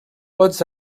pocs